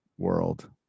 World